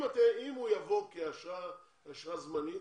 אם הוא יבוא באשרה זמנית,